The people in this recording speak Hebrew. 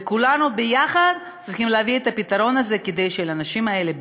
וכולנו יחד צריכים להביא את הפתרון הזה כדי שהאנשים האלה,